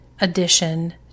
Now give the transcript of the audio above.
addition